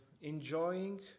enjoying